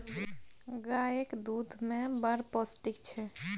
गाएक दुध मे बड़ पौष्टिक छै